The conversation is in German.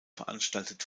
veranstaltet